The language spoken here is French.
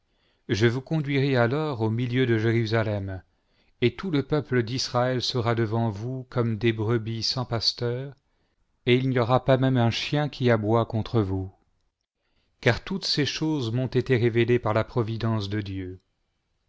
je vous conduirai alors au milieu de jérusalem et tout le peuple d'israël sera devant vous comme des brebis sans pasteur et il n'y aura pas même un chien qui aboie contre vous car toutes ces choses m'ont été révélées par la providence de dieu